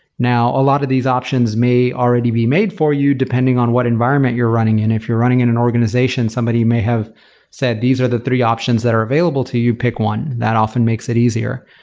now, a lot of these options may already be made for you depending on what environment you're running in. if you're running in an organization, somebody may have said, these are the three options that are available to you. pick one. that often makes it easier.